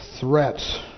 threats